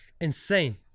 insane